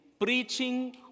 preaching